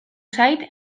zait